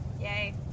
Yay